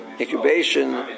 incubation